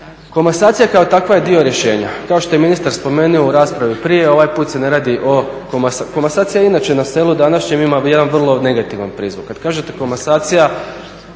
Komasacija kao takva je dio rješenja. Kao što je ministar spomenuo u raspravi prije, ovaj put se ne radi o, komasacija inače na selu današnjem ima jedan vrlo negativan prizvuk. Kad kažete komasacija